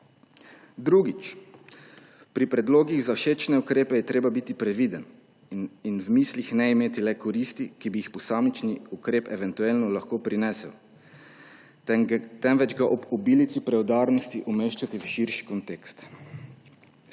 Drugič, pri predlogih za všečne ukrepe je treba biti previden in v mislih ne imeti le koristi, ki bi jih posamični ukrep eventualno lahko prinesel, temveč ga ob obilici preudarnosti umeščati v širši kontekst.